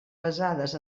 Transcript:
basades